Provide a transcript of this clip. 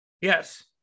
Yes